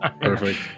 Perfect